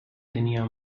tenía